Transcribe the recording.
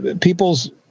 People's